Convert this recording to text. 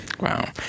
Wow